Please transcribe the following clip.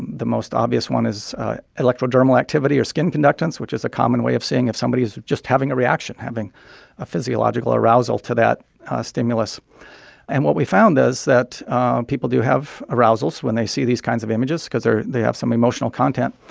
the most obvious one is electrodermal activity or skin conductance, which is a common way of seeing if somebody is just having a reaction having a physiological arousal to that stimulus and what we found is that people do have arousals when they see these kinds of images because they have some emotional content.